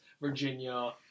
Virginia